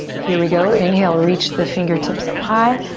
here we go. inhale, reach the fingertips up high.